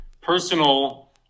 personal